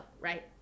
right